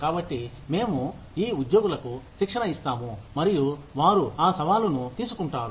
కాబట్టి మేము ఈ ఉద్యోగులకు శిక్షణ ఇస్తాము మరియు వారు ఆ సవాలును తీసుకుంటారు